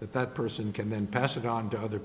that that person can then pass it on to other